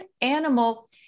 animal